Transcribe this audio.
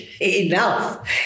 enough